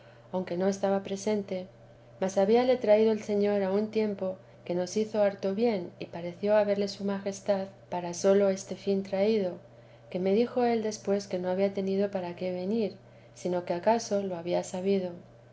aunque no estaba presente mas habíale traído el señor a un tiempo que nos hizo harto bien y pareció haberle su a'lajestad para sólo este fin traído que me dijo él después que no había tenido para qué venir sino que acaso lo había sabido